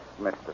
Mr